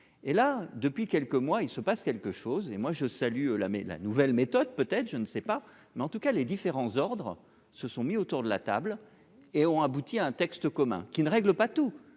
Et là, depuis quelques mois, il se passe quelque chose et moi je salue la mais la nouvelle méthode peut-être je ne sais pas, mais en tout cas les différents ordres se sont mis autour de la table et ont abouti à un texte commun qui ne règle pas tous,